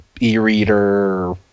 E-reader